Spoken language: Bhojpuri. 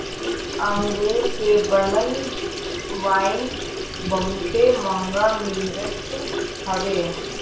अंगूर से बनल वाइन बहुते महंग मिलत हवे